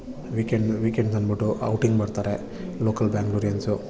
weekend weekends ಅಂದುಬಿಟ್ಟು outing ಬರ್ತಾರೆ local Bangaloreans